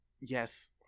yes